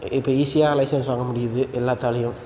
இப்போ ஈஸியாக லைசென்ஸ் வாங்க முடியுது எல்லாத்தாலேயும்